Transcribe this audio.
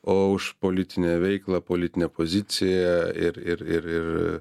o už politinę veiklą politinę poziciją ir ir ir ir